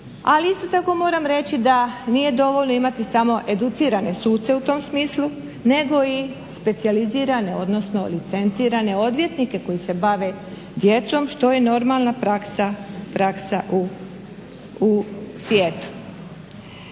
Ali isto tako moram reći da nije dovoljno imati samo educirane suce u tom smislu, nego i specijalizirane odnosno licencirane odvjetnike koji se bave djecom što je normalna praksa u svijetu.